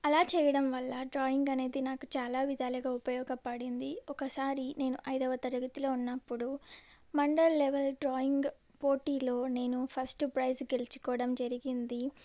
అలా చేయడం వల్ల డ్రాయింగ్ అనేది నాకు చాలా విధాలుగా ఉపయోగపడింది ఒకసారి నేను ఐదవ తరగతిలో ఉన్నప్పుడు మండల్ లెవెల్ డ్రాయింగ్ పోటీలో నేను ఫస్ట్ ప్రైజ్ గెలుచుకోవడం జరిగింది